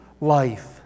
life